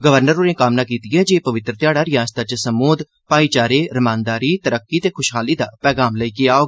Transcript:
governor होरें कामना कीती ऐ जे एह् पवित्तर ध्याड़ा रिआसता च सम्बोघ भाईचारे रमानदारी तरक्की ते खुशहाली दा पैग़ाम लेइयै आवै